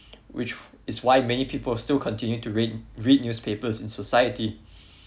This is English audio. which is why many people still continue to read read newspapers in society